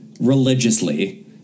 religiously